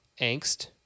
angst